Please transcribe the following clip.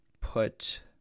put